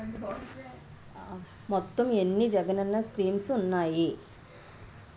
మొత్తం ఎన్ని జగనన్న స్కీమ్స్ ఉన్నాయి?